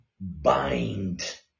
bind